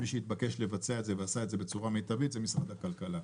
מי שהתבקש לבצע את זה ועשה את זה בצורה מיטבית זה משרד הכלכלה,